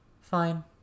Fine